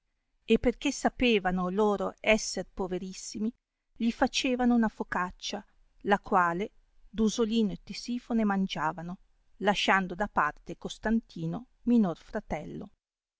e perchè sapevano loro esser poverissimi gli facevano una focaccia la quale dusolino e tesifone mangiavano lasciando da parte costantino minor fratello